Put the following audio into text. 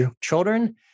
children